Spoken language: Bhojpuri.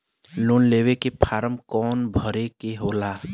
लोन लेवे के फार्म कौन भरे के होला?